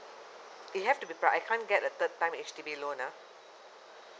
they have to be but I can't get a third time H_D_B loan ah